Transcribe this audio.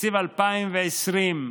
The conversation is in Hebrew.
בתקציב 2020,